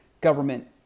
government